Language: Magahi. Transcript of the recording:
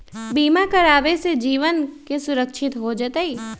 बीमा करावे से जीवन के सुरक्षित हो जतई?